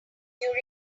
during